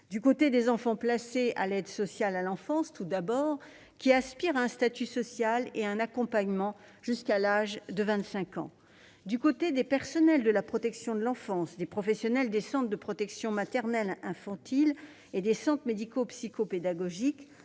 du côté des enfants placés à l'aide sociale à l'enfance tout d'abord, qui aspirent à un statut social et à un accompagnement jusqu'à l'âge de 25 ans ; attentes du côté des personnels de la protection de l'enfance, des professionnels des centres de protection maternelle infantile et des centres médico-psycho-pédagogiques,